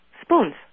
spoons